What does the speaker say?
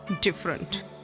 different